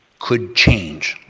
could change.